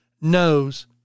knows